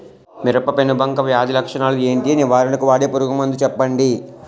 మిరప పెనుబంక వ్యాధి లక్షణాలు ఏంటి? నివారణకు వాడే పురుగు మందు చెప్పండీ?